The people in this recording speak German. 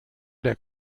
der